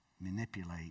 manipulate